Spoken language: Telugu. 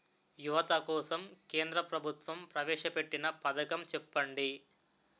యువత కోసం కేంద్ర ప్రభుత్వం ప్రవేశ పెట్టిన పథకం చెప్పండి?